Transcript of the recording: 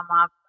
up